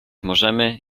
możemy